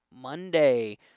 Monday